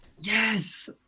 Yes